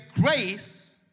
grace